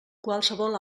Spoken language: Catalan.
qualsevol